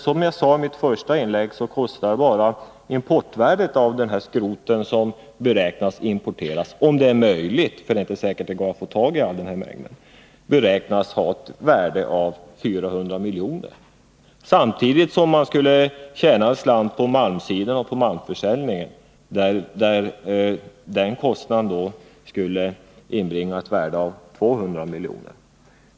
Som jag sade i mitt första inlägg är bara importvärdet av det skrot som beräknas behöva importeras — om sådan import är möjlig; det är inte säkert att det går att få tag i hela mängden — beräknat till 400 milj.kr. Om skrotet inte importerades skulle man samtidigt tjäna en slant på malmförsäljningen, som då skulle inbringa 200 milj.kr.